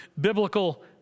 biblical